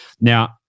Now